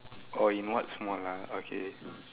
orh in what small ah okay